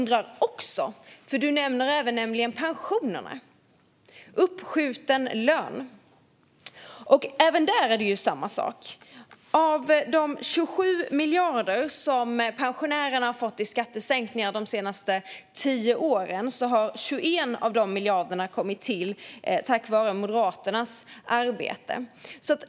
Du nämner också pensionerna, uppskjuten lön, och där är det samma sak. Av de 27 miljarder som pensionärerna har fått i skattesänkning de senaste tio åren har 21 kommit till tack vare Moderaternas arbete.